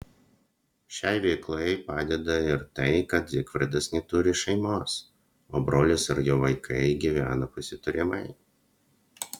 šiai veiklai padeda ir tai kad zygfridas neturi šeimos o brolis ir jo vaikai gyvena pasiturimai